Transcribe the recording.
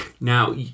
now